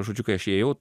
žodžiu kai aš įėjau